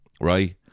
right